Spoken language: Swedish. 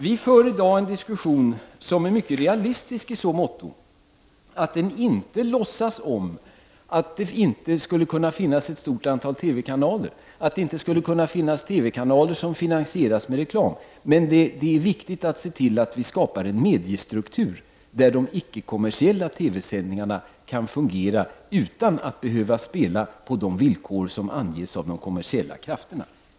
Vi för i dag en diskussion som är mycket realistisk i så måtto att man i den inte låtsas som om det inte skulle kunna finnas ett stort antal TV-kanaler och TV-kanaler som finansieras med reklam. Det är dock viktigt att se till att vi skapar en mediestruktur där de icke-kommersiella TV-sändningarna kan fungera utan att behöva spela på de villkor som anges av de kommersiella krafterna.